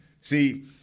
See